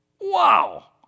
Wow